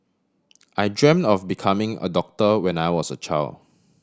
I dreamt of becoming a doctor when I was a child